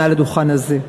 מעל הדוכן הזה: